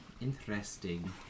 interesting